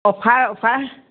offer offer